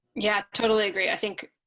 yeah, totally agree. i think,